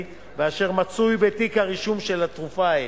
ואשר מצוי בתיק הרישום של התרופה האתית.